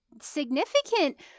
significant